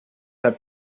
have